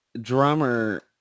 drummer